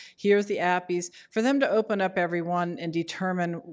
here's the appys. for them to open up every one and determine,